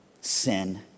sin